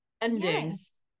endings